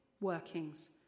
workings